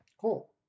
cool